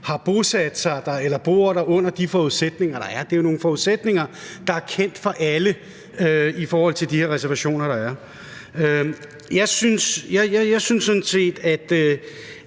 har bosat sig der og bor der under de forudsætninger, der er. Det er jo nogle forudsætninger, der er kendt for alle, altså i forhold til de her reservationer, der er. Jeg synes sådan set, at